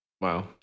Wow